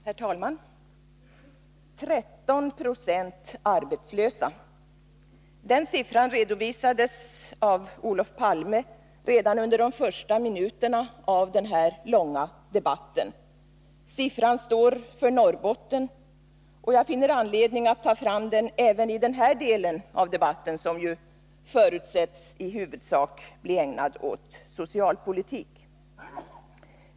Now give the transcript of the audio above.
Herr talman! 13 70 arbetslösa! Den siffran redovisades av Olof Palme redan under de första minuterna av den här långa debatten. Siffran står för Norrbotten, och jag finner anledning att ta fram den även i denna del av debatten, som förutsätts i huvudsak bli ägnad åt socialpolitik.